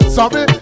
Sorry